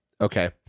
Okay